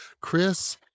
Chris